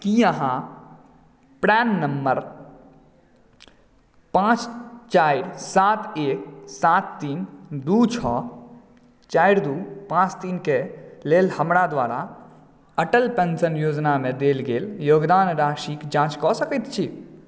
की अहाँ PRAN number पांच चारि सात एक सात तीन दू छओ चारि दू पांच तीन के लेल हमरा द्वारा अटल पेंशन योजनामे देल गेल योगदान राशिक जाँच कऽ सकैत छी